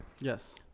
Yes